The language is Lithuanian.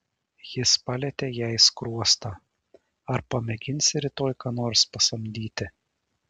jis palietė jai skruostą ar pamėginsi rytoj ką nors pasamdyti